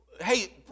hey